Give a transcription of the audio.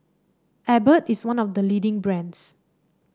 Abbott is one of the leading brands